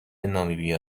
نامیبیا